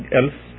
else